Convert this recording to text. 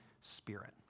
Spirit